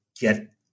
get